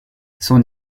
son